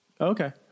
Okay